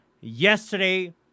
Yesterday